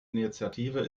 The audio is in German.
initiative